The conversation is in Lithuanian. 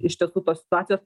iš tiesų tos situacijos